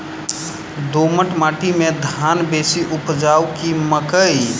दोमट माटि मे धान बेसी उपजाउ की मकई?